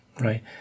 right